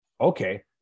Okay